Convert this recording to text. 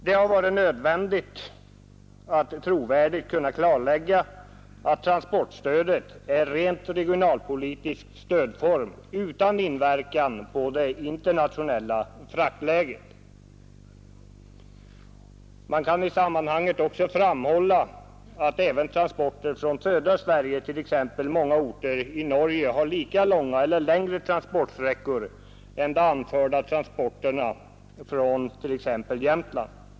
Det har varit nödvändigt att trovärdigt kunna klargöra att transportstödet är en ren regionalpolitisk stödform utan inverkan på det internationella fraktläget. Man kan i sammanhanget också framhålla att även transporter från södra Sverige till t.ex. många orter i Norge har lika långa eller längre transportsträckor än de anförda transporterna från t.ex. Jämtland.